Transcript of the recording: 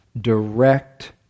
direct